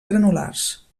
granulars